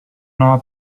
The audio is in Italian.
nuova